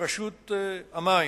ברשות המים,